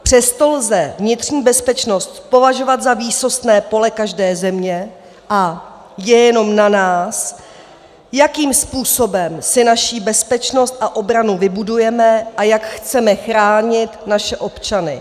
Přesto lze vnitřní bezpečnost považovat za výsostné pole každé země a je jenom na nás, jakým způsobem si naši bezpečnost a obranu vybudujeme a jak chceme chránit naše občany.